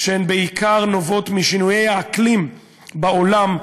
שהן בעיקר נובעות משינויי האקלים בעולם,